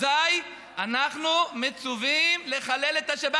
אזי אנחנו מצווים לחלל את השבת.